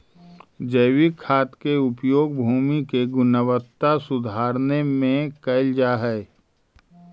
जैविक खाद के उपयोग भूमि के गुणवत्ता सुधारे में कैल जा हई